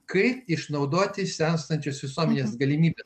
kai išnaudoti senstančios visuomenės galimybių